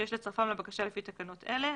שיש לצרפם לבקשה לפי תקנות אלה.